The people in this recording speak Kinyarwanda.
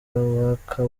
waka